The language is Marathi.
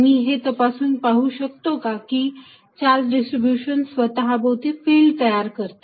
मी हे तपासून पाहू शकतो का की हे चार्ज डिस्ट्रीब्यूशन स्वतःभोवती ही फिल्ड तयार करते